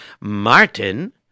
Martin